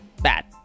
bad